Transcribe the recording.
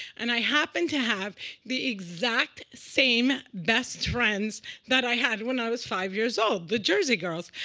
and i happen to have the exact same best friends that i had when i was five years old, the jersey girls.